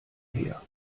her